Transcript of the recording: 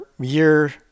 year